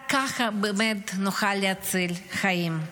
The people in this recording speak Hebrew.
רק ככה נוכל להציל חיים.